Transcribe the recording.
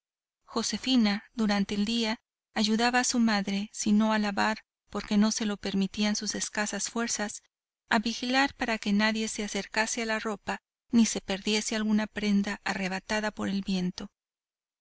josefina durante el día ayudaba a su madre si no a lavar porque no se lo permitían sus escasas fuerzas a vigilar para que nadie se acercase a la ropa ni se perdiese alguna prenda arrebatada por el viento